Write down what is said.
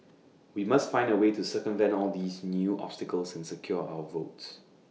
we must find A way to circumvent all these new obstacles and secure our votes